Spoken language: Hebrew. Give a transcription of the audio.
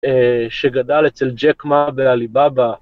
שגדל אצל ג'קמה באליבאבה.